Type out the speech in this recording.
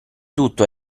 tutto